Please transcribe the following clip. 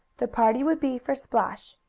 the party would be for splash,